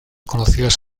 conocidas